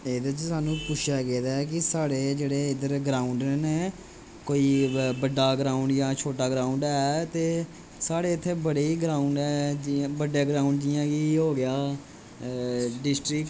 एह्दे च साह्नू पुछेआ गेदा ऐ कि साड़े इधर जेह्ड़े ग्रौंउड ने कोई बड़ा जां छोटा ग्रौंउड ऐ ते साढ़े इत्थै बड़े ग्रौंउड ऐ जियां बड़ा ग्रौंउड जियां कि हो गेआ डिस्ट्रिक्ट